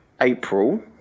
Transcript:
April